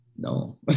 no